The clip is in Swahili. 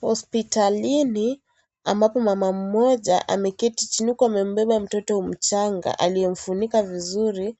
Hospitalini ambapo mama mmoja ameketi chini huku akibeba mtoto mchanga aliyemfunika vizuri.